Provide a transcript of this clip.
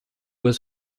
was